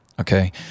okay